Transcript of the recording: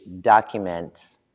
documents